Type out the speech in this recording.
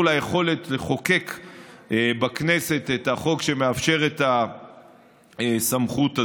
ליכולת לחוקק בכנסת את החוק שמאפשר את הסמכות הזאת.